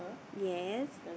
yes